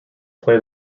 play